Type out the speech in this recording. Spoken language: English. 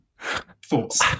Thoughts